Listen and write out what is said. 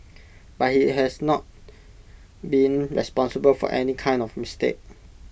but he has not been responsible for any kind of mistake